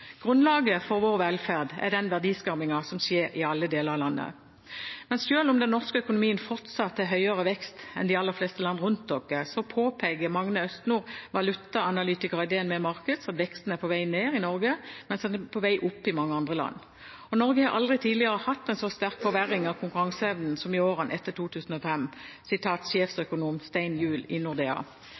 Grunnlaget for vår velferd er den verdiskapingen som skjer i alle deler av landet. Selv om norsk økonomi fortsatt har høyere vekst enn de aller fleste land rundt oss, påpeker Magne Østnor, valutaanalytiker i DNB Markets, at veksten er på vei ned i Norge, mens den er på vei opp i mange andre land. «Norge har aldri tidligere hatt en så sterk forverring av konkurranseevnen som i årene etter 2005», sier sjeføkonom Steinar Juel i Nordea.